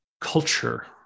culture